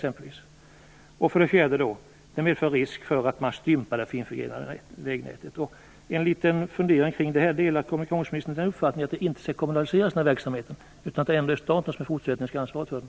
Det finns en risk för att man stympar det finförgrenade vägnätet. Delar kommunikationsministern uppfattningen att verksamheten inte skall kommunaliseras, utan att staten även i fortsättningen skall ha ansvaret för den?